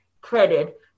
credit